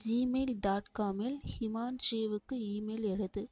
Gmail dot காமில் ஹிமான்ஷுவுக்கு email எழுது